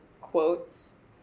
quotes